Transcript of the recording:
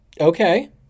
Okay